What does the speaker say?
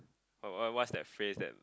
what what's that phrase that